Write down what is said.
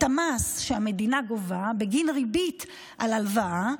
המס שהמדינה גובה בגין ריבית על הלוואה,